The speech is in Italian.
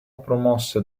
promosse